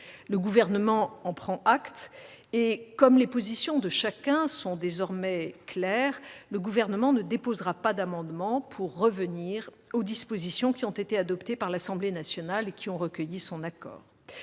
Le Gouvernement en prend acte et, comme les positions de chacun sont désormais claires, il ne déposera pas d'amendements pour revenir aux dispositions adoptées par l'Assemblée nationale qui ont recueilli son accord.